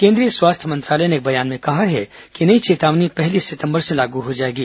केंद्रीय स्वास्थ्य मंत्रालय ने एक बयान में कहा है कि नई चेतावनी पहली सितम्बर से लागू हो जाएगी